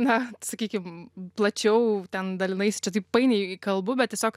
na sakykim plačiau ten dalinaisi čia taip painiai kalbu bet tiesiog